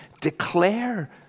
declare